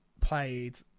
played